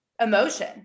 emotion